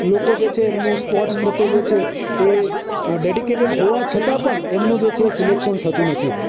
લોકો જે છે એમનું સ્પોર્ટસ પ્રત્યે જે છે એ ડેડીકેટેડ હોવા છતાં પણ એમનું જે છે સિલેક્શન થતું નથી